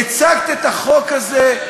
הצגת את החוק הזה,